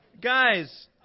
Guys